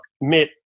met